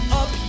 up